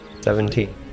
Seventeen